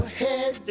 head